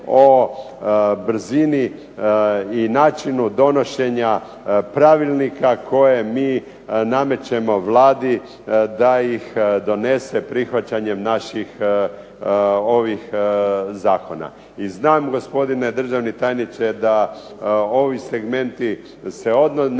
o brzini i načinu donošenja pravilnika koje mi namećemo Vladi da ih donese prihvaćanjem naših ovih zakona. I znam gospodine državni tajniče da se ovi segmenti ne odnose